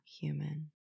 human